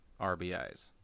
RBIs